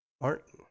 Martin